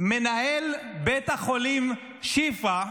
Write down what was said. מנהל בית החולים שיפא,